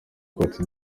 côte